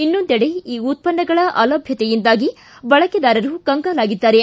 ಇನ್ನೊಂದೆಡೆ ಈ ಉತ್ಪನ್ನಗಳ ಅಲಭ್ಯತೆಯಿಂದಾಗಿ ಬಳಕೆದಾರರು ಕಂಗಾಲಾಗಿದ್ದಾರೆ